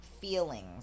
feelings